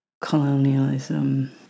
colonialism